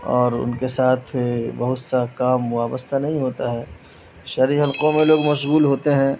اور ان کے ساتھ بہت سا کام وابستہ نہیں ہوتا ہے شہری حلقوں میں لوگ مشغول ہوتے ہیں